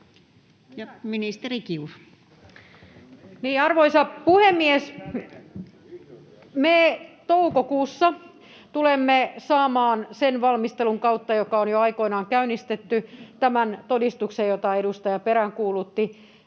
Ministeri Kiuru. Arvoisa puhemies! Me toukokuussa tulemme saamaan sen valmistelun kautta, joka on jo aikoinaan käynnistetty, käyttöön tämän todistuksen, jota edustaja peräänkuulutti